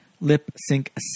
lip-sync